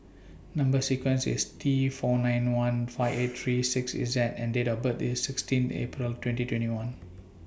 Number sequence IS T four nine one five eight three six Z and Date of birth IS sixteen April twenty twenty one